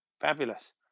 fabulous